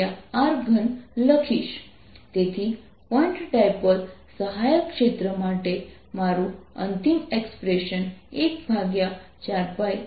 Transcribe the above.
rr mr3 તેથી point dipole સહાયક ક્ષેત્ર માટે મારું અંતિમ એક્સપ્રેશન 14π3m